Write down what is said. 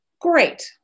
Great